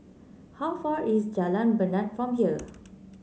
how far is Jalan Bena from here